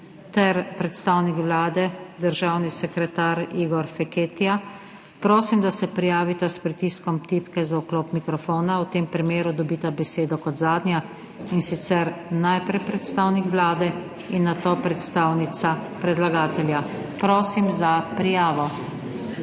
ter predstavnik Vlade, državni sekretar Igor Feketija, prosim, da se prijavita s pritiskom tipke za vklop mikrofona. V tem primeru dobita besedo kot zadnja, in sicer najprej predstavnik Vlade in nato predstavnica predlagatelja. Prosim za prijavo!